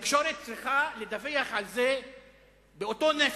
התקשורת צריכה לדווח על זה באותו נפח.